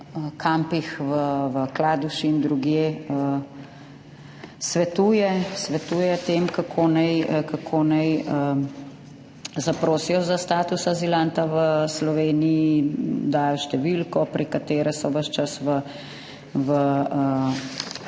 kampih v Kladuši in drugje svetuje, kako naj [migranti] zaprosijo za status azilanta v Sloveniji, dajo številko, prek katere so ves čas v